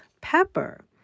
pepper